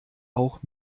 auch